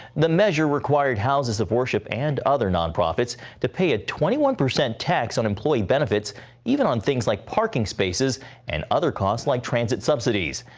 the measure required houses of worship and other nonprofits to pay a twenty one percent tax on employee benefits even on things like parking spaces and other costs like transit subsidies.